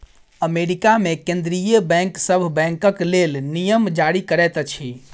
America मे केंद्रीय bank सभ बैंकक लेल नियम जारी करैत अछि